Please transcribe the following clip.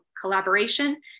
collaboration